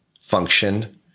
function